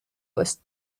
was